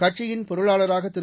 கட்சியின் பொருளாளராக திரு